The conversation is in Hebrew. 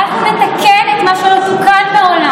ואנחנו נתקן את מה שלא תוקן מעולם.